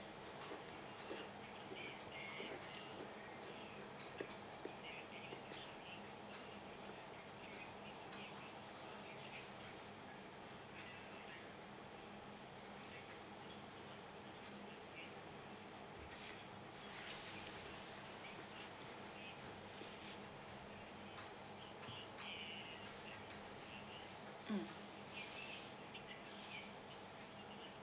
mm